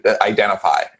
identify